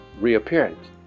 reappearance